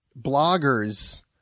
bloggers